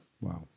Wow